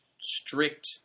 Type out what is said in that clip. strict